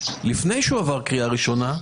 לפני שהוא עבר בקריאה ראשונה,